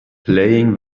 playing